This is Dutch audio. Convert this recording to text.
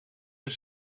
een